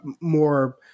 more